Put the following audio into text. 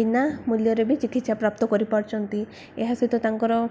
ବିନା ମୂଲ୍ୟରେ ବି ଚିକିତ୍ସା ପ୍ରାପ୍ତ କରିପାରୁଛନ୍ତି ଏହା ସହିତ ତାଙ୍କର